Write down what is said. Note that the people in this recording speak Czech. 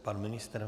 Pan ministr?